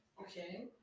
Okay